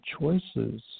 choices